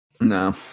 No